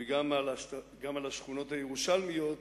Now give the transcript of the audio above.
וגם על השכונות הירושלמיות,